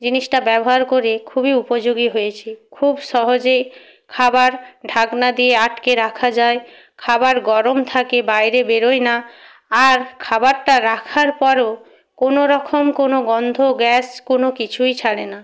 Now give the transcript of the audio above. জিনিসটা ব্যবহার করে খুবই উপযোগী হয়েছে খুব সহজে খাবার ঢাকনা দিয়ে আটকে রাখা যায় খাবার গরম থাকে বাইরে বেরোয় না আর খাবারটা রাখার পরেও কোনোরকম কোনও গন্ধ গ্যাস কোনও কিছুই ছাড়ে না